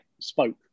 spoke